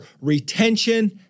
retention